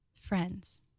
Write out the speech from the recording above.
friends